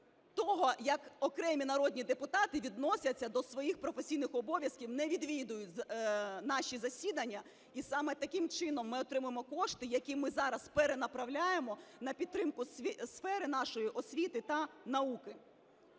того, як окремі народні депутати відносяться до своїх професійних обов'язків, не відвідують наші засідання, і саме таким чином ми отримуємо кошти, які ми зараз перенаправляємо на підтримку сфери нашої освіти та науки.